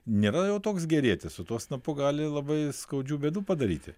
nėra jau toks gerietis su tuo snapu gali labai skaudžių bėdų padaryti